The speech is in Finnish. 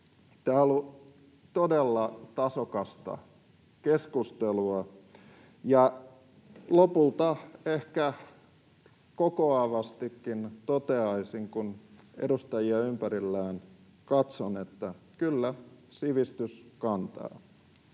Tämä on ollut todella tasokasta keskustelua. Lopulta ehkä kokoavastikin toteaisin, kun edustajia ympärilläni katson, että kyllä sivistys kantaa.